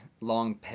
long